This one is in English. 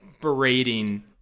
berating